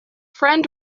friend